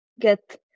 get